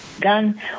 gun